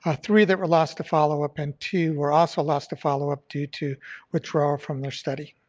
ah three that were lost to follow-up and two were also lost to follow-up due to withdrawal from the study.